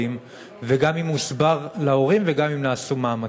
וגם אם הוסבר להורים וגם אם נעשו מאמצים.